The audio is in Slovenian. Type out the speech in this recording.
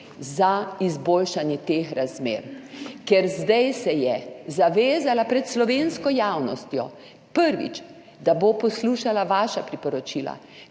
za izboljšanje teh razmer. Ker zdaj se je zavezala pred slovensko javnostjo, prvič, da bo poslušala vaša priporočila,